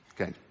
Okay